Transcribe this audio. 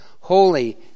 holy